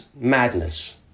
madness